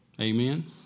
Amen